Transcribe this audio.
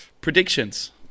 Predictions